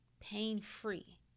pain-free